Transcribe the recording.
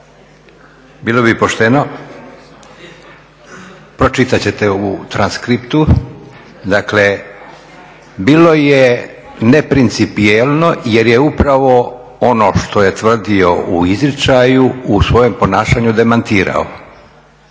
ne razumije./ … Pročitat ćete u transkriptu. Dakle bilo je neprincipijelno jer je upravo ono što je tvrdio u izričaju u svojem ponašanju demantirao